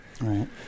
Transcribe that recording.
right